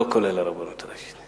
לא כולל הרבנות הראשית.